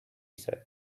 said